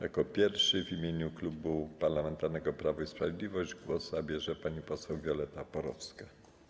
Jako pierwsza w imieniu Klubu Parlamentarnego Prawo i Sprawiedliwość głos zabierze pani poseł Violetta Porowska.